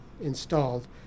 installed